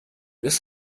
ist